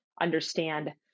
understand